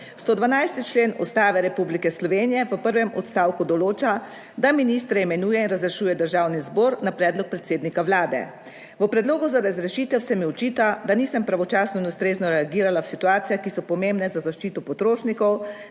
112. Člen Ustave Republike Slovenije v 1. odstavku določa, da ministra imenuje in razrešuje Državni zbor na predlog predsednika Vlade. V predlogu za razrešitev se mi očita, da nisem pravočasno in ustrezno reagirala v situacijah, ki so pomembne za zaščito potrošnikov,